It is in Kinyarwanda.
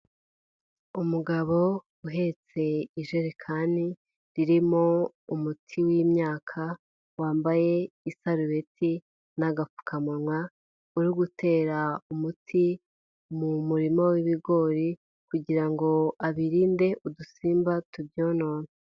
Umugabo uhetse ijerekani irimo umuti w'imyaka, wambaye isarubeti n'agapfukamunwa, uri gutera umuti mu murima w'ibigori kugira ngo abirinde udusimba tubyonona.